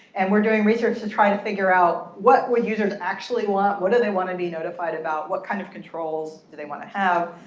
and we're doing research to try to figure out what would users actually want? what do they want to be notified about? what kind of controls do they want to have?